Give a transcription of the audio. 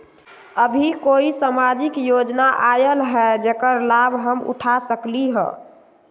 अभी कोई सामाजिक योजना आयल है जेकर लाभ हम उठा सकली ह?